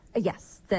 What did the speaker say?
Yes